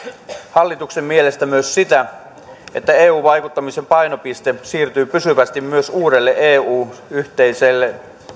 hallituksen mielestä myös sitä että eu vaikuttamisen painopiste siirtyy pysyvästi myös uudelle eun yhteisen